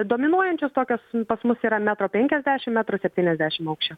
dominuojančios tokios pas mus yra metro penkiasdešimt metro septyniasdešimt aukščio